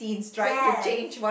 yes